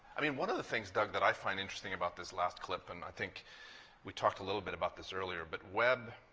i mean, one of the things, doug, that i find interesting about this last clip, and i think we talked a little bit about this earlier, but webb,